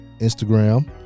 Instagram